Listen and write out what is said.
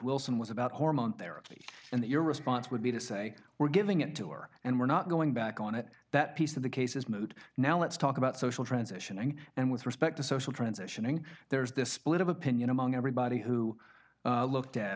wilson was about hormone therapy and your response would be to say we're giving it to her and we're not going back on it that piece of the case is moot now let's talk about social transitioning and with respect to social transitioning there's this split of opinion among everybody who looked at